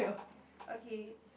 okay